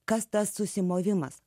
kas tas susimovimas